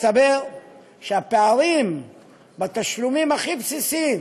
התבררו הפערים בתשלומים הכי בסיסיים,